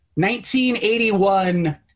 1981